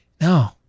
No